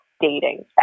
dating